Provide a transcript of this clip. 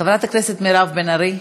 חברת הכנסת מירב בן ארי,